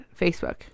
Facebook